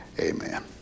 amen